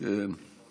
כן.